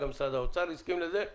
גם משרד האוצר הסכים לזה,